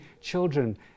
children